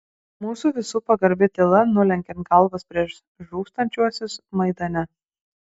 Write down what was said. mūsų visų pagarbi tyla nulenkiant galvas prieš žūstančiuosius maidane